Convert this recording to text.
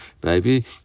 baby